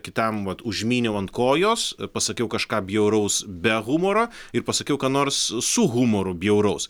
kitam vat užmyniau ant kojos pasakiau kažką bjauraus be humoro ir pasakiau ką nors su humoru bjauraus